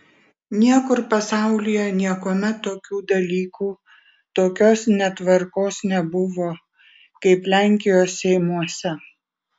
niekur pasaulyje niekuomet tokių dalykų tokios netvarkos nebuvo kaip lenkijos seimuose